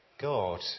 God